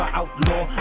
outlaw